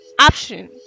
option